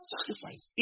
Sacrifice